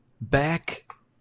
Back